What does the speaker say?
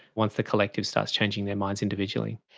once the collective starts changing their minds individually.